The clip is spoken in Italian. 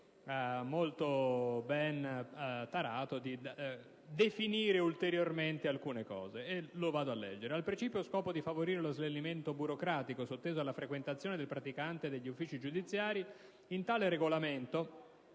molto ben tarato, di definire ulteriormente alcuni aspetti. Esso recita testualmente: «Al precipuo scopo di favorire lo snellimento burocratico sotteso alla frequentazione del praticante degli uffici giudiziari, in tale regolamento»